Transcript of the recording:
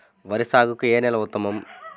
వరి సాగుకు ఏ నేల ఉత్తమం?